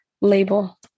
Label